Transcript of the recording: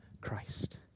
Christ